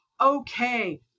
okay